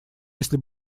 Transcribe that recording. если